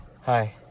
Hi